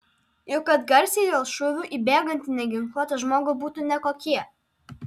juk atgarsiai dėl šūvių į bėgantį neginkluotą žmogų būtų nekokie